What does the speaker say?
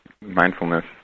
mindfulness